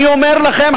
אני אומר לכם,